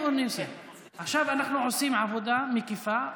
עכשיו אנחנו עושים עבודה מקיפה,